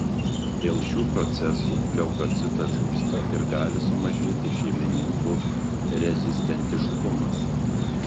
dėl šių procesų leukocitas žūsta ir gali sumažėti šeimininko rezistentiškumas